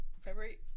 February